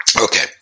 okay